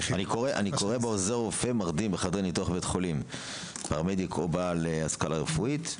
אני קורא בעוזר רופא מרדים: פרמדיק או בעל השכלה רפואית,